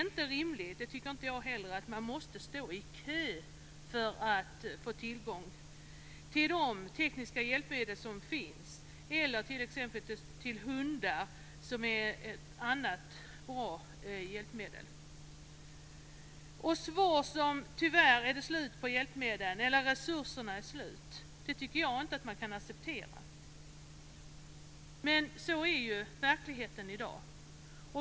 Inte heller jag tycker att det är rimligt att kvinnorna måste stå i kö för att få tillgång till de tekniska hjälpmedel som finns. Det gäller också beträffande hundar, som kan vara ett bra hjälpmedel. "resurserna är slut" tycker jag inte att man kan acceptera, men sådan är verkligheten i dag.